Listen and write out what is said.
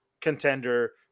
contender